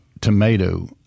tomato